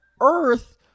earth